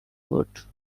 vote